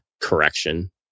correction